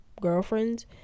girlfriends